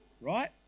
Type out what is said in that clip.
Right